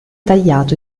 tagliato